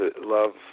love